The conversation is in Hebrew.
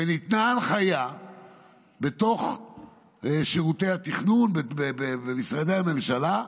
וניתנה הנחיה בשירותי התכנון, במשרדי הממשלה,